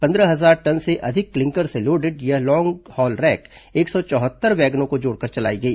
पंद्रह हजार टन से अधिक क्लिंकर से लोडेड यह लॉन्ग हॉल रैक एक सौ चौहत्तर वैगनों को जोड़कर चलाई गई